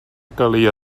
calia